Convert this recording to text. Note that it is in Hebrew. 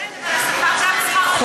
כן, אבל גם שכר